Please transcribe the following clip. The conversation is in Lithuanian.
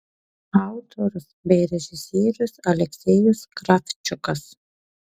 autorius bei režisierius aleksejus kravčiukas